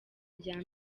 rya